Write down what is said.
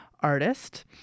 artist